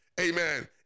Amen